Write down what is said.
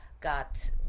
got